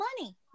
money